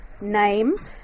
name